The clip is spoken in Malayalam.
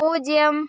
പൂജ്യം